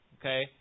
okay